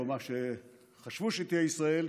או מה שחשבו שתהיה ישראל,